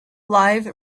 live